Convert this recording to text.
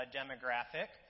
demographic